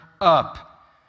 up